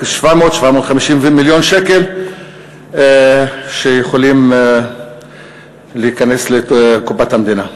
700 750 מיליון שקל שיכולים להיכנס לקופת המדינה.